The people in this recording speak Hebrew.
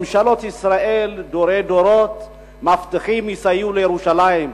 ממשלות ישראל מבטיחות מדורי-דורות שיסייעו לירושלים,